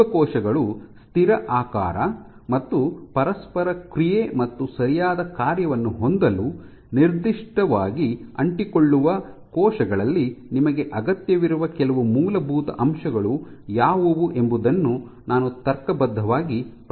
ಜೀವಕೋಶಗಳು ಸ್ಥಿರ ಆಕಾರ ಮತ್ತು ಪರಸ್ಪರ ಕ್ರಿಯೆ ಮತ್ತು ಸರಿಯಾದ ಕಾರ್ಯವನ್ನು ಹೊಂದಲು ನಿರ್ದಿಷ್ಟವಾಗಿ ಅಂಟಿಕೊಳ್ಳುವ ಕೋಶಗಳಲ್ಲಿ ನಿಮಗೆ ಅಗತ್ಯವಿರುವ ಕೆಲವು ಮೂಲಭೂತ ಅಂಶಗಳು ಯಾವುವು ಎಂಬುದನ್ನು ನಾನು ತರ್ಕಬದ್ಧವಾಗಿ ಪ್ರಾರಂಭಿಸಿದ್ದೇನೆ